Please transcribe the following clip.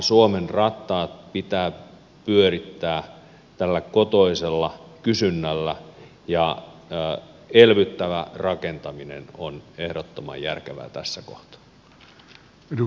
suomen rattaat pitää pyörittää tällä kotoisella kysynnällä ja elvyttävä rakentaminen on ehdottoman järkevää tässä kohtaa